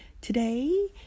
Today